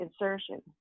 insertion